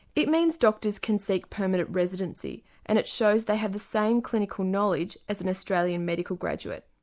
it means doctors can seek permanent residency and it shows they have the same clinical knowledge as an australian medical graduate.